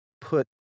put